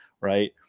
right